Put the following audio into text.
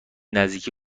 نزدیکی